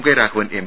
K Raghavan M